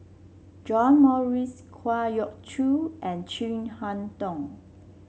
John Morrice Kwa Geok Choo and Chin Harn Tong